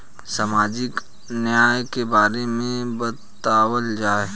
सामाजिक न्याय के बारे में बतावल जाव?